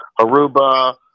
Aruba